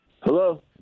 Hello